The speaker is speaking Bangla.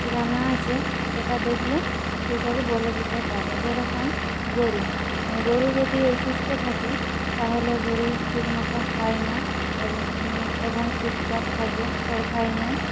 কি বা না আছে সেটা দেখলে কৃষক বলে দিতে পারে যেরকম গরু গরু যদি অসুস্থ থাকে তাহলে গরু ঠিকমতো খায়না এবং এবং চুপচাপ থাকে খড় খায় না